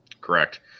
Correct